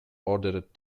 ordered